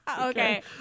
Okay